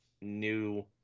new